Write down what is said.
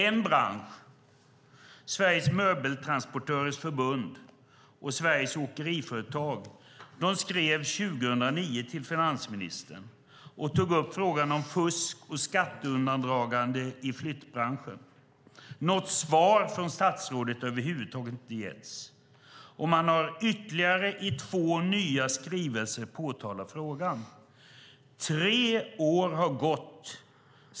En bransch, Sveriges Möbeltransportörers Förbund och Sveriges Åkeriföretag skrev 2009 till finansministern och tog upp frågan om fusk och skatteundandragande i flyttbranschen. Något svar från statsrådet har över huvud taget inte getts, och man har ytterligare i två nya skrivelser påtalat frågan. Tre år har gått.